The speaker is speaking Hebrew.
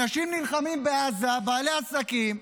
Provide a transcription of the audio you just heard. אנשים נלחמים בעזה, בעלי עסקים,